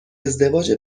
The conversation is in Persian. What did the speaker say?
ازدواج